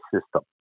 system